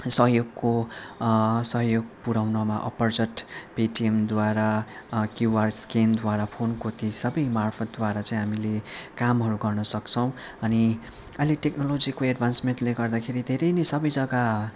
सहयोगको सहयोग पुऱ्याउनमा अपरझट पेटिएमद्वारा क्युआर स्क्यानद्वारा फोनको त्यो सबैमार्फतद्वारा चाहिँ हामीले कामहरू गर्न सक्छौँ अनि अहिले टेक्नोलोजीको एड्भान्समेन्टले गर्दाखेरि धेरै नै सबै जग्गा